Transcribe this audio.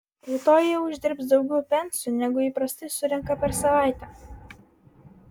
rytoj jie uždirbs daugiau pensų negu įprastai surenka per savaitę